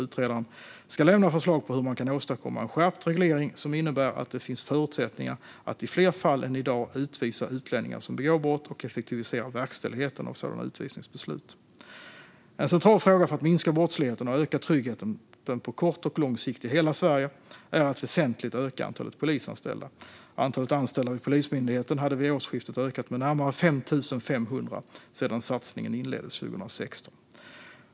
Utredaren ska lämna förslag på hur man kan åstadkomma en skärpt reglering som innebär att det finns förutsättningar att i fler fall än i dag utvisa utlänningar som begår brott och effektivisera verkställigheten av sådana utvisningsbeslut. En central fråga för att minska brottsligheten och öka tryggheten på kort och lång sikt i hela Sverige är att väsentligt öka antalet polisanställda. Antalet anställda vid Polismyndigheten hade vid årsskiftet ökat med närmare 5 500 sedan satsningen inleddes 2016.